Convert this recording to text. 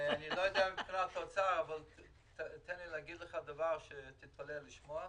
אני לא יודע מה מבחינת האוצר אבל תן לי להגיד לך דבר שתתפלא לשמוע: